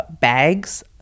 bags